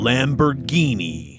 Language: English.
Lamborghini